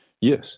Yes